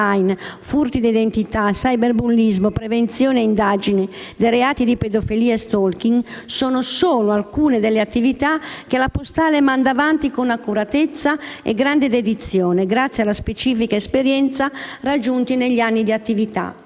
furti di identità, cyberbullismo, prevenzione e indagine dei reati di pedofilia e *stalking* sono solo alcune delle attività che la Polizia postale manda avanti con accuratezza e grande dedizione, grazie alla specifica esperienza raggiunta negli anni di attività.